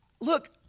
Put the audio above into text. look